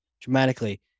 dramatically